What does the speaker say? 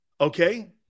Okay